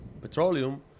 petroleum